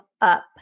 up